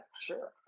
sure